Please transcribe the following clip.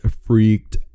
freaked